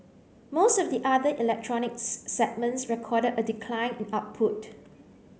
most of the other electronics segments recorded a decline in output